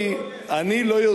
אני לא הולך.